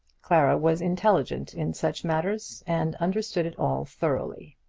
clara was intelligent in such matters, and understood it all thoroughly.